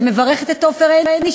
שמברכת את עופר עיני,